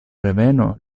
reveno